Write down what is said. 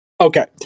Okay